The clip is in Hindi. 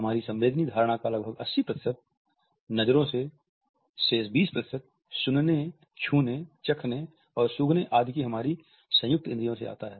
हमारी संवेदी धारणा का लगभग 80 प्रतिशत नज़रों से शेष 20 प्रतिशत सुनने छूने चखने और सूंघने आदि की हमारी संयुक्त इंद्रियों से आता है